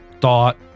thought